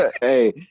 hey